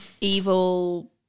Evil